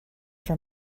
for